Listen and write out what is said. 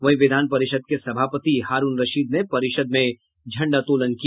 वहीं विधान परिषद के सभापति हारूण रशीद ने परिषद में झंडोतोलन किया